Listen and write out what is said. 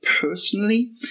personally